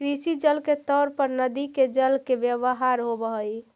कृषि जल के तौर पर नदि के जल के व्यवहार होव हलई